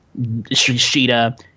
Shida